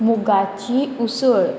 मुगाची उसळ